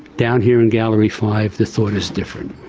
down here in gallery five, the thought is different.